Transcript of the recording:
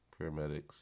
paramedics